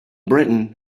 britain